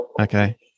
Okay